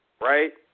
Right